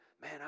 man